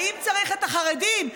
האם צריך את החרדים?